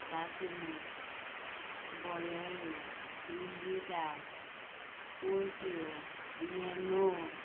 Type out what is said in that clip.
Tata sumo bolero Indica scorpio nano